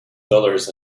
dollars